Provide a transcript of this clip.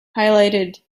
highlighted